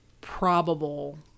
probable